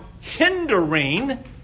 hindering